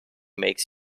makes